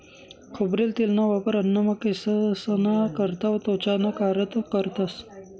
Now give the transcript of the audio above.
खोबरेल तेलना वापर अन्नमा, केंससना करता, त्वचाना कारता करतंस